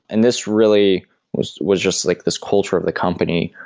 and this really was was just like this culture of the company,